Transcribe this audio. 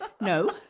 No